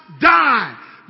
die